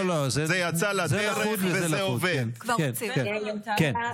כשצה"ל עם המוסריות שלו אומר להם: תתפנו לדרום הרצועה,